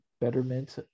betterment